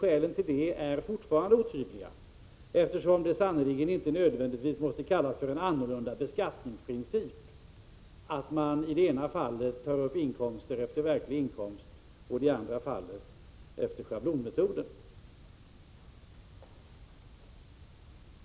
Skälen är fortfarande otydliga, eftersom det sannerligen inte nödvändigtvis måste kallas för en annorlunda beskattningsprincip när man i det ena fallet tar ut skatt efter verklig inkomst och i det andra fallet efter schablonmetoden.